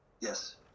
Yes